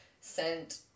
sent